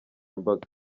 mbaga